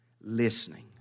listening